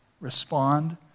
respond